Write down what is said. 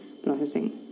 processing